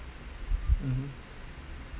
mmhmm